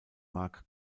mark